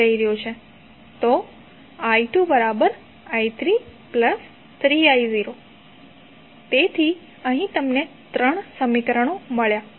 તોi2i33I0 તેથી અહીં તમને ત્રણ સમીકરણો મળ્યાં